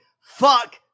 fuck